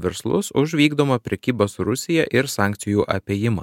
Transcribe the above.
verslus už vykdomą prekybą su rusija ir sankcijų apėjimą